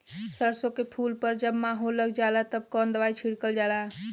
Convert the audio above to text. सरसो के फूल पर जब माहो लग जाला तब कवन दवाई छिड़कल जाला?